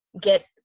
get